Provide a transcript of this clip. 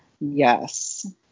Yes